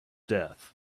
death